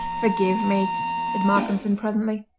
forgive me said malcolmson presently.